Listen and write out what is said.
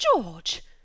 George